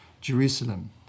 Jerusalem